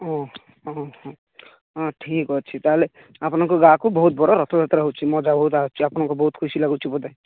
ଓ ଓହୋ ହଁ ଠିକ୍ ଅଛି ତା'ହେଲେ ଆପଣଙ୍କ ଗାଁକୁ ବହୁତ ବଡ଼ ରଥଯାତ୍ରା ହେଉଛି ମଜା ବହୁତ ଆସୁଛି ଆପଣଙ୍କୁ ବହୁତ ଖୁସି ଲାଗୁଛି ବୋଧେ